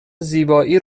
زیبایی